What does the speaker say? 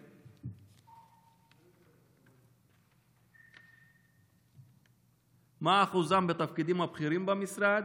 2. מה אחוזם בתפקידים הבכירים במשרד?